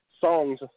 songs